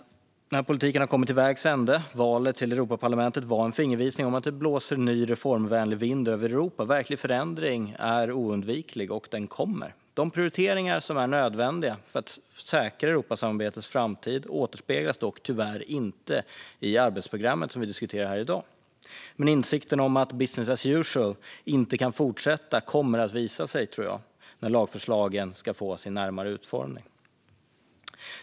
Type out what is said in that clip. Denna politik har kommit till vägs ände. Valet till Europaparlamentet var en fingervisning om att det blåser en ny, reformvänlig vind över Europa. Verklig förändring är oundviklig, och den kommer. De prioriteringar som är nödvändiga för att säkra Europasamarbetets framtid återspeglas dock tyvärr inte i arbetsprogrammet som vi diskuterar här i dag, men insikten om att business as usual inte kan fortsätta kommer att visa sig, tror jag, när lagförslagen ska få sin närmare utformning.